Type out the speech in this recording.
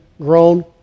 grown